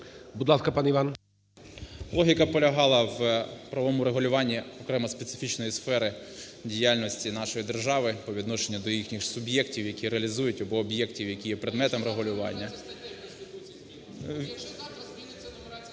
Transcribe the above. ВІННИК І.Ю. Логіка полягала в правовому регулюванні окремо специфічної сфери діяльності нашої держави по відношенню до їхніх суб'єктів, які реалізують або об'єктів, які є предметом регулювання…